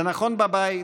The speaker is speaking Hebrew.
זה נכון בבית,